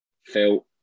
felt